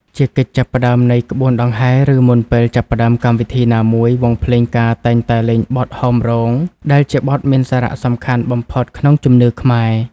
ជាកិច្ចចាប់ផ្ដើមនៃក្បួនដង្ហែ ឬមុនពេលចាប់ផ្តើមកម្មវិធីណាមួយ វង់ភ្លេងការតែងតែលេងបទ ហោមរោង ដែលជាបទមានសារៈសំខាន់បំផុតក្នុងជំនឿខ្មែរ។